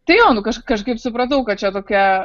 tai jo nu kaž kažkaip supratau kad čia tokia